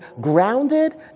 grounded